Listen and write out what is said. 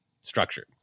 structured